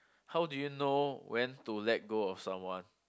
how do you know when to let go of someone